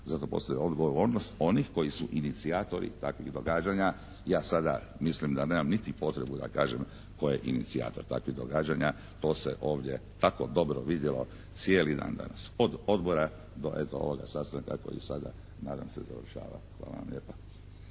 zato postoji odgovornost onih koji su inicijatori takvih događanja. Ja sada mislim da nemam niti potrebu da kažem tko je inicijator takvih događanja, to se ovdje tako dobro vidjelo cijeli dan danas, od odbora do eto ovoga sastanka kako i sada nadam se završava. Hvala vam lijepa.